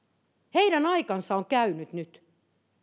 heidän aikansa on käynyt nyt